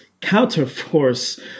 counterforce